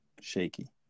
shaky